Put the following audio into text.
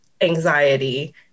anxiety